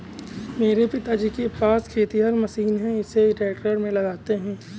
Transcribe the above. मेरे पिताजी के पास खेतिहर मशीन है इसे ट्रैक्टर में लगाते है